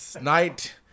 night